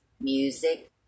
music